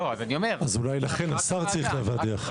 אז אולי לכן השר צריך לדווח.